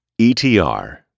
ETR